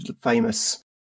famous